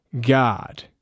God